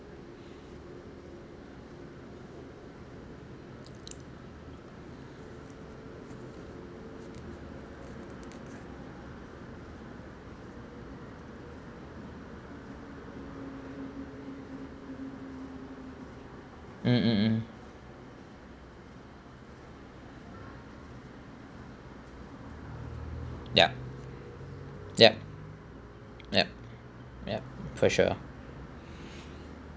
mm mm mm ya yup yup yup for sure